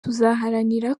tuzaharanira